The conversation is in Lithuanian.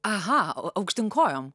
aha o aukštyn kojom